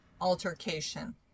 altercation